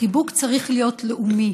החיבוק צריך להיות לאומי